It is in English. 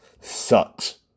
sucks